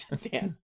Dan